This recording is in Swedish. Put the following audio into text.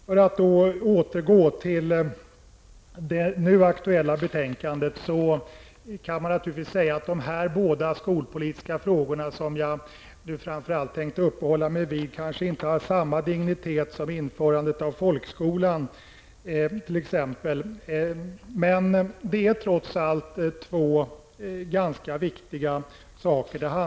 För att återgå till det nu aktuella betänkandet kan det naturligtvis sägas att de båda skolpolitiska frågor som jag framför allt tänker uppehålla mig vid kanske inte har riktigt samma dignitet som t.ex. införandet av folkskolan, men det handlar trots allt om två ganska viktiga saker.